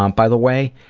um by the way,